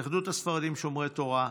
התאחדות הספרדים שומרי תורה,